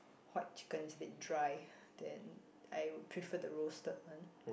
white chicken is a bit dry then I would prefer the roasted one